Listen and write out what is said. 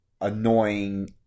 annoying